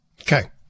Okay